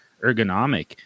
ergonomic